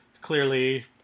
clearly